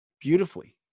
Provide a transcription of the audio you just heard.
beautifully